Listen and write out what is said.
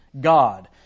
God